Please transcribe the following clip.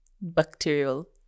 Bacterial